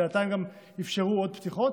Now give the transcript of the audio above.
בינתיים אפשרו גם עוד פתיחות,